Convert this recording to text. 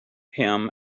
him